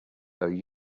though